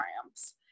triumphs